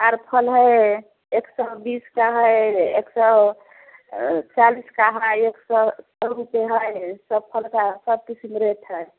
और फल है एक सौ बीस का है एक सौ चालीस का है एक सौ सौ रुपये है सब फल का सब किस्म रेट है